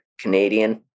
Canadian